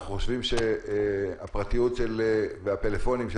אנחנו חושבים שהפרטיות והפלאפונים של